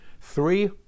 three